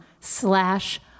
slash